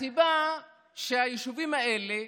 הסיבה היא שהיישובים האלה,